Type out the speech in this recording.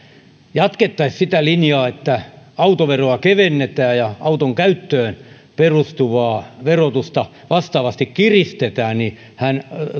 jatkettaisiin sitä linjaa että autoveroa kevennetään ja auton käyttöön perustuvaa verotusta vastaavasti kiristetään niin hän